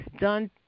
done